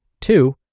two